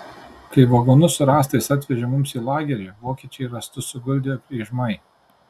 kai vagonus su rąstais atvežė mums į lagerį vokiečiai rąstus suguldė kryžmai